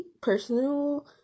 personal